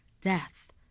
Death